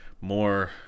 more